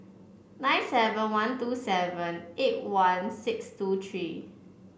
nine seven one two seven eight one six two three